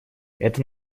это